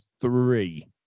three